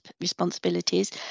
responsibilities